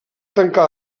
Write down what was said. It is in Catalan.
tancar